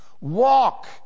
Walk